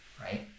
right